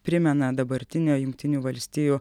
primena dabartinio jungtinių valstijų